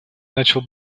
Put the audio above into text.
начал